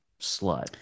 slut